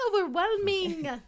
overwhelming